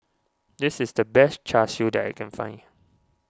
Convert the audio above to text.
this is the best Char Siu that I can find